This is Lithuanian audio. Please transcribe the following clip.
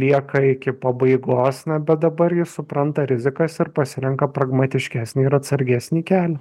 lieka iki pabaigos na bet dabar jis supranta rizikas ir pasirenka pragmatiškesnį ir atsargesnį kelią